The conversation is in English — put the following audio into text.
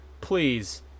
please